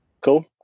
Cool